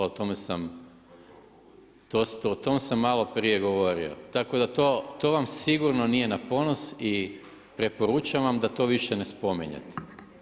O tome sam malo prije govorio, tako da to, to vam sigurno nije na ponos i preporučam vam da to više ne spominjete.